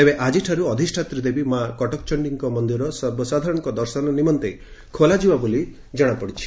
ତେବେ ଆକିଠାରୁ ଅଧିଷାତ୍ରୀ ଦେବୀ ମା' କଟକ ଚଣ୍ଡୀଙ୍କ ମନ୍ଦିର ସର୍ବସାଧାରଣଙ୍କ ଦର୍ଶନ ନିମନ୍ତେ ଖୋଲାଯିବ ବୋଲି ସ୍ଚନା ମିଳିଛି